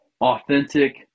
authentic